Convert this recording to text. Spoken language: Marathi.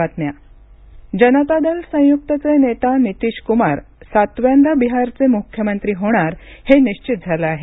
बिहार जनता दल संयुक्तचे नेता नीतिश कुमार सातव्यांदा बिहारचे मुख्यमंत्री होणार हे निश्वित झालं आहे